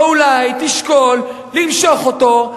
או אולי תשקול למשוך אותו,